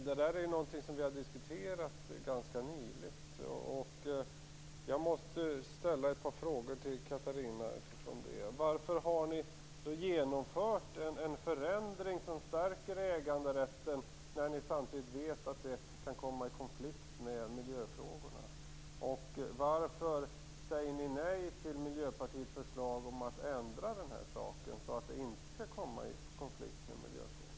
Det där är ju någonting som vi har diskuterat ganska nyligen, och jag måste ställa ett par frågor till Catarina Rönnung utifrån det: Varför har ni genomfört en förändring som stärker äganderätten när ni samtidigt vet att den kan komma i konflikt med miljöfrågorna? Varför säger ni nej till Miljöpartiets förslag om att ändra detta så att det inte skall komma i konflikt med miljöfrågorna?